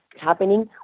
happening